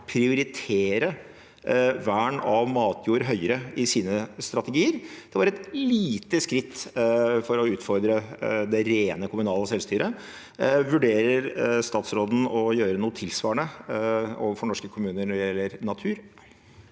prioritere vern av matjord høyere i sine strategier. Det var et lite skritt for å utfordre det rene kommunale selvstyret. Vurderer statsråden å gjøre noe tilsvarende overfor norske kommuner når det gjelder natur?